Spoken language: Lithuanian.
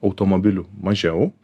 automobilių mažiau